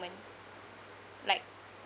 like